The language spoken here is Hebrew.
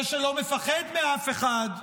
זה שלא מפחד מאף אחד,